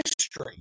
history